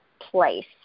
place